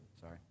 Sorry